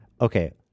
Okay